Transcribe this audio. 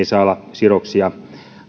saa olla sidoksia